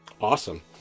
Awesome